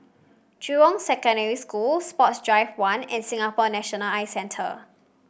Jurong Secondary School Sports Drive One and Singapore National Eye Centre